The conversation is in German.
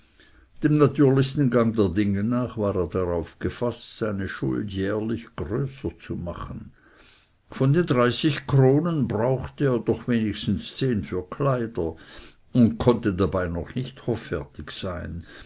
dem natürlichen gang der dinge nach war er darauf gefaßt seine schuld jährlich größer zu machen von den dreißig kronen brauchte er doch wenigstens zehn für kleider und konnte dabei noch nicht hoffärtig sein